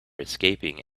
escaping